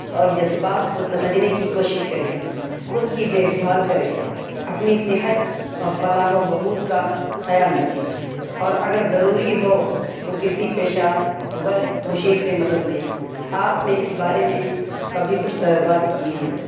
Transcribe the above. اور جذبات کو سمجھنے کی کوشش کریں خود کی دیکھ بھال کریں اپنی صحت اور فلاح و بہبود کا خیال رکھیں اور اگر ضروری ہو تو کسی پیشہ ور مشیر سے مدد لیں آپ نے اس بارے میں کبھی کچھ تجربات کیے ہوں